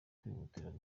kwihutira